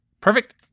Perfect